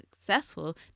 successful